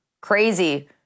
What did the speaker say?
Crazy